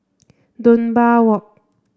Dunbar Walk